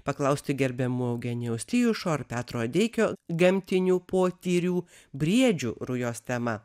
paklausti gerbiamų eugenijaus tijušo ar petro adeikio gamtinių potyrių briedžių rujos tema